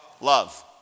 love